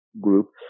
group